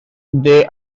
they